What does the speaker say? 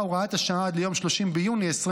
הוראת השעה עד ליום 30 ביוני 2024,